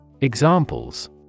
Examples